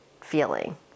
feeling